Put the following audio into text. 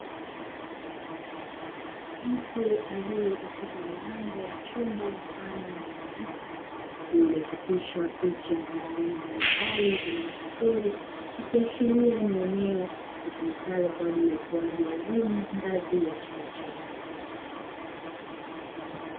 Mtu aliye katika mlango wa chumba mfano wa darasa lililochapishwa picha za aina mbalimbali za mwanasesele, ikiashiria ni eneo litumikalo kwa ajili ya utoaji wa elimu ngazi ya chekechea.